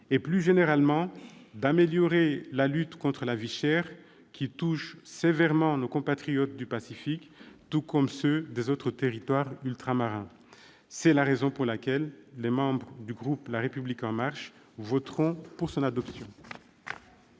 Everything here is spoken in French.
ils permettront d'améliorer la lutte contre la vie chère, qui touche sévèrement nos compatriotes du Pacifique, tout comme ceux qui vivent dans les autres territoires ultramarins. C'est la raison pour laquelle les membres du groupe La République En Marche voteront en faveur